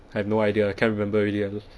I have no idea can't remember already